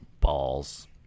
Balls